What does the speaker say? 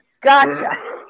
Gotcha